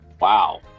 Wow